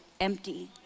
empty